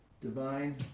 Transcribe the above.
Divine